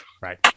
right